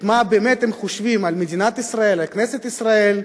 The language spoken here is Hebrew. מה באמת הם חושבים על מדינת ישראל, על כנסת ישראל,